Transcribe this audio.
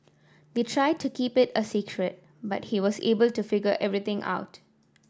they tried to keep it a secret but he was able to figure everything out